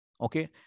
okay